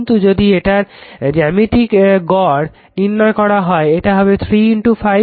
কিন্তু যদি এটার জ্যামিতিক গড় নির্ণয় করা হয় এটা হবে 3 5 এটা হবে √ 15